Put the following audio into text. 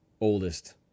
oldest